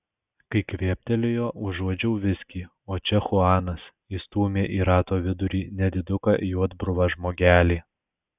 kai kvėptelėjo užuodžiau viskį o čia chuanas įstūmė į rato vidurį nediduką juodbruvą žmogelį